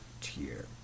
tier